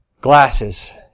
Glasses